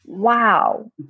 Wow